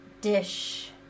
dish